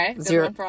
Zero